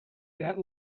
that